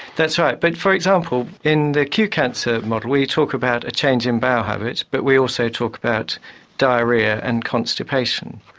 that's right. but, for example, in the qcancer model we talk about a change in bowel habits, but we also talk about diarrhoea and constipation.